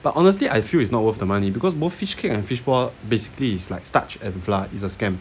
but honestly I feel is not worth the money because both fishcake and fishball basically is like starch and flour it's a scam